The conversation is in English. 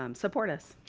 um support us.